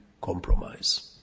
compromise